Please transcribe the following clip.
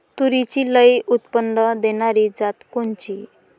तूरीची लई उत्पन्न देणारी जात कोनची?